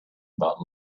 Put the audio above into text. about